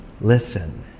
Listen